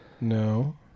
No